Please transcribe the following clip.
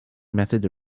method